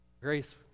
Grace